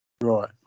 Right